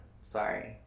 Sorry